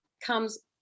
comes